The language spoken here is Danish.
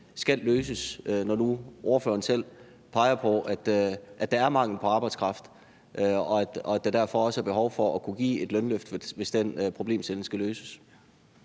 skal løses – når nu ordføreren selv peger på, at der er mangel på arbejdskraft og der derfor også er behov for at kunne give et lønløft, hvis den problemstilling skal løses.